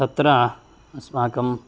तत्र अस्माकं